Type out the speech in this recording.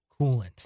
coolant